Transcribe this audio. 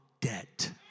debt